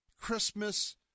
Christmas